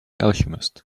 alchemist